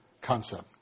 concept